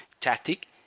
tactic